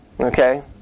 okay